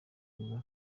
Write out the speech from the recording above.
kuza